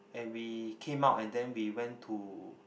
and we came out and then we went to